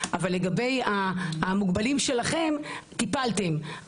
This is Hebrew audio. אבל לגבי המוגבלים שלכם טיפלתם,